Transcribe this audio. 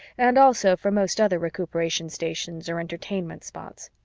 and also for most other recuperation stations or entertainment spots.